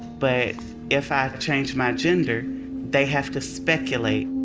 but if i change my gender they have to speculate.